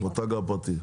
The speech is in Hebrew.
המותג הפרטי.